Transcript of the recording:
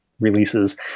releases